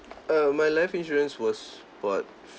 err my life insurance was bought